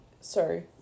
sorry